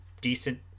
decent